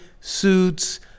suits